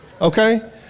Okay